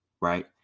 right